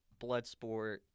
Bloodsport